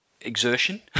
exertion